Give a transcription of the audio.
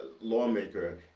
lawmaker